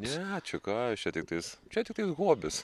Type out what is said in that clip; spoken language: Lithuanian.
ne čia ką jūs čia tiktais čia tiktai hobis